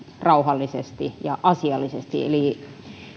rauhallisesti ja asiallisesti eli